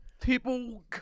people